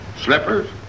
slippers